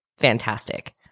fantastic